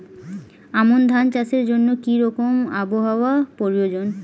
আমন ধান চাষের জন্য কি রকম আবহাওয়া প্রয়োজন?